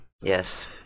Yes